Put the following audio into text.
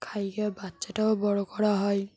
খাইয়ে ওর বাচ্চাটাও বড় করা হয়